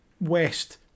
west